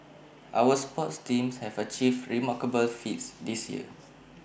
our sports teams have achieved remarkable feats this year